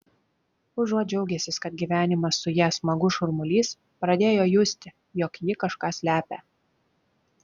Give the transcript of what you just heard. užuot džiaugęsis kad gyvenimas su ja smagus šurmulys pradėjo justi jog ji kažką slepia